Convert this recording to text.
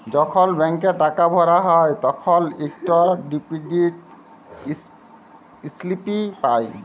যখল ব্যাংকে টাকা ভরা হ্যায় তখল ইকট ডিপজিট ইস্লিপি পাঁই